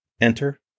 Enter